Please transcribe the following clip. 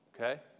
okay